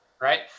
right